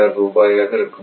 56 ரூபாயாக இருக்கும்